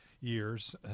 years